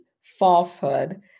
falsehood